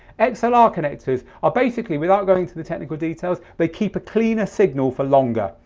so ah connectors are basically, without going to the technical details, they keep a cleaner signal for longer.